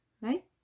right